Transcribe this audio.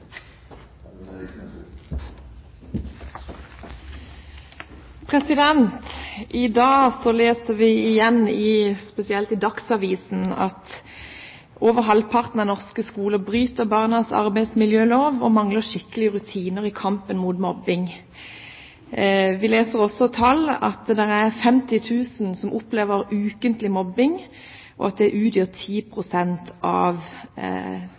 I dag leser vi igjen, i Dagsavisen, at over halvparten av norske skoler bryter barnas arbeidsmiljølov ved at de mangler skikkelige rutiner i kampen mot mobbing. Vi leser også at det er 50 000 som opplever ukentlig mobbing, og at det utgjør 10 pst. av